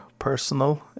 Personal